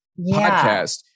podcast